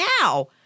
now